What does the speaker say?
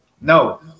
no